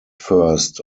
first